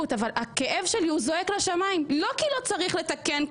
הכאב שלי זועק לשמיים וזה לא כי לא צריך לתקן.